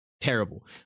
terrible